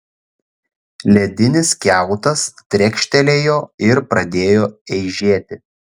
ledinis kiautas trekštelėjo ir pradėjo eižėti